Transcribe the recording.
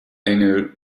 engel